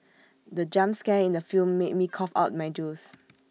the jump scare in the film made me cough out my juice